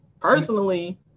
personally